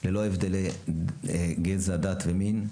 ללא הבדלי גזע, דת ומין.